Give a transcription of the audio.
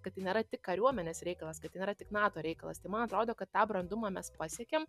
kad tai nėra tik kariuomenės reikalas kad tai nėra tik nato reikalas tai man atrodo kad tą brandumą mes pasiekėm